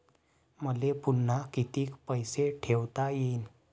मले पुन्हा कितीक पैसे ठेवता येईन?